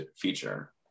feature